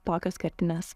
tokios kertinės